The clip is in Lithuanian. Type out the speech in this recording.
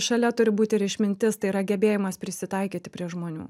šalia turi būt ir išmintis tai yra gebėjimas prisitaikyti prie žmonių